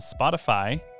Spotify